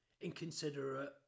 inconsiderate